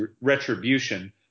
retribution